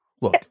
look